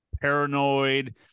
paranoid